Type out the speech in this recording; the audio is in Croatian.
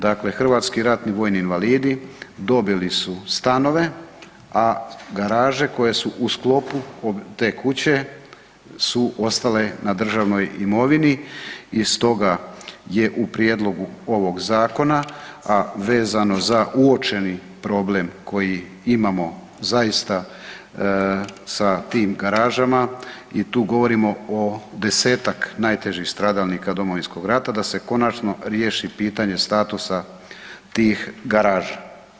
Dakle hrvatski ratni vojni invalidi dobili su stanove a garaže koje su u sklopu te kuće su ostale na državnoj imovini i stoga je u prijedlogu ovog Zakona, a vezano za uočeni problem koji imamo zaista sa tim garažama, i tu govorimo o desetak najtežih stradalnika Domovinskog rada da se konačno riješi pitanje statusa tih garaža.